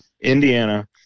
Indiana